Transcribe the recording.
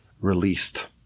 released